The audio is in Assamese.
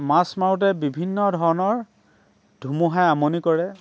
মাছ মাৰোঁতে বিভিন্ন ধৰণৰ ধুমুহাই আমনি কৰে